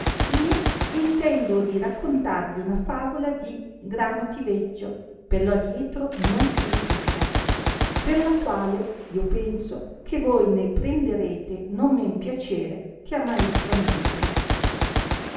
io intendo di raccontarvi una favola di gramotiveggio per lo adietro non più udita per la quale io penso che voi ne prenderete non men piacere che ammaestramento